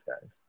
guys